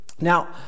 Now